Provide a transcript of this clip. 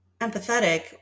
empathetic